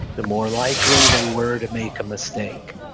the more likely they were to make a mistake,